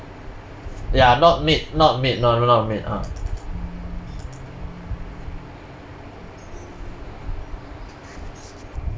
ya not meet not meet not not not meet ah